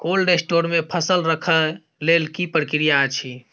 Cold store मे फसल रखय लेल की प्रक्रिया अछि?